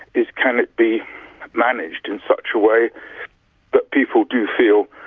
is can it be managed in such a way that people do feel,